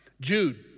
Jude